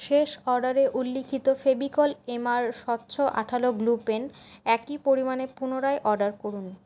শেষ অর্ডারে উল্লিখিত ফেভিকল এম আর স্বচ্ছ আঠালো গ্লু পেন একই পরিমাণে পুনরায় অর্ডার করুন